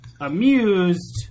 amused